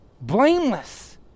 blameless